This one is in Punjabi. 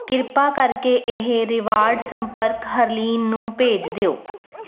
ਕ੍ਰਿਪਾ ਕਰਕੇ ਇਹ ਰਿਵਾਰਡ ਸੰਪਰਕ ਹਰਲੀਨ ਨੂੰ ਭੇਜ ਦਿਓ